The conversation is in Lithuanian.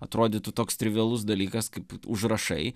atrodytų toks trivialus dalykas kaip užrašai